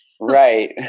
Right